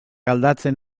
aldatzen